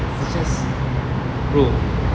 just bro